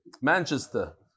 Manchester